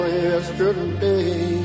yesterday